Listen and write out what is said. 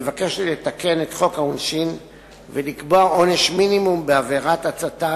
מבקשת לתקן את חוק העונשין ולקבוע עונש מינימום בעבירת הצתה,